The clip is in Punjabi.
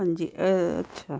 ਹਾਂਜੀ ਅੱਛਾ